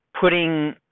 putting